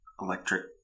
electric